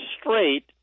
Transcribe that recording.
straight